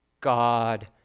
God